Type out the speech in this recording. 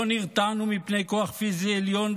לא נרתענו מפני כוח פיזי עליון,